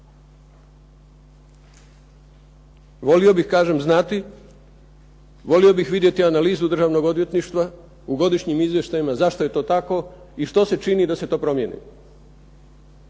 Volio bih kažem znati, volio bih vidjeti analizu Državnog odvjetništva u godišnjim izvještajima zašto je to tako i što se čini da se to promijeni?